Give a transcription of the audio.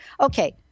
Okay